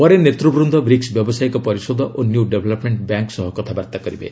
ପରେ ନେତୃବୃନ୍ଦ ବ୍ରିକ୍ନ ବ୍ୟବସାୟିକ ପରିଷଦ ଓ ନିଉ ଡେଭଲପମେଣ୍ଟ ବ୍ୟାଙ୍କ ସହ କଥାବାର୍ତ୍ତା କରିବେ